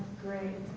great,